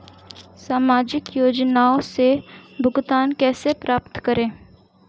सामाजिक योजनाओं से भुगतान कैसे प्राप्त करें?